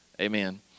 Amen